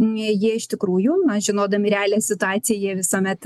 jie iš tikrųjų na žinodami realią situaciją jie visuomet pabrėžia kad